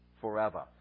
forever